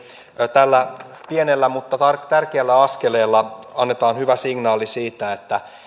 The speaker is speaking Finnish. tällä pienellä mutta tärkeällä askeleella annetaan hyvä signaali siitä että